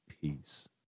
peace